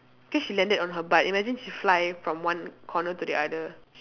cause she landed on her butt imagine she fly from one corner to the other